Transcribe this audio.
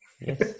Yes